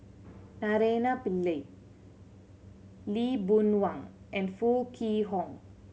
Naraina Pillai Lee Boon Wang and Foo Kwee Horng